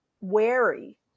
wary